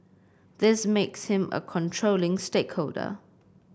this makes him a controlling stakeholder